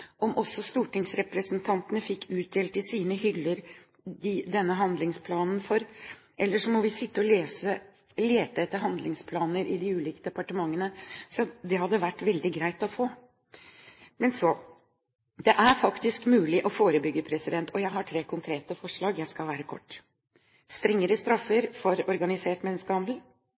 også stortingsrepresentantene fikk denne handlingsplanen utdelt i sine hyller? Hvis ikke må vi sitte og lete etter handlingsplaner i de ulike departementene. Det hadde vært veldig greit å få den. Det er faktisk mulig å forebygge. Jeg har tre konkrete forslag, jeg skal være kort: strengere straffer for organisert menneskehandel